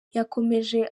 yakomeje